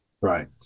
right